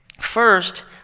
First